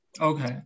Okay